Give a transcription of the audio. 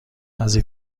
نزدیک